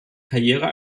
karriere